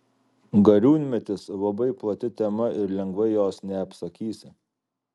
gariūnmetis labai plati tema ir lengvai jos neapsakysi